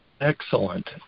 Excellent